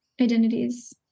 identities